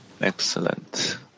Excellent